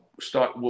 start